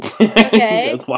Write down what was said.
Okay